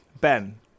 Ben